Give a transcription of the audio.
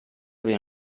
aveva